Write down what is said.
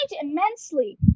immensely